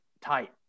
tight